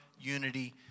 unity